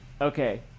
Okay